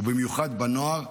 ובמיוחד הנוער.